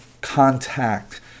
contact